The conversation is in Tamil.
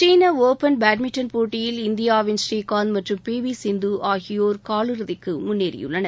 சீன ஒபன் பேட்மிண்டன் போட்டியில் இந்தியாவின் புநீகாந்து பி வி சிந்து ஆகியோர் காலிறுதிக்கு முன்னேறியுள்ளனர்